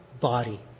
body